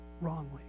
wrongly